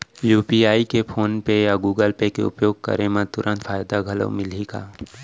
UPI के PhonePe या Google Pay के उपयोग करे म तुरंत फायदा घलो मिलही का?